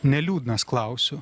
neliūdnas klausiu